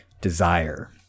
desire